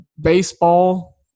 baseball